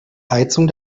heizung